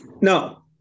No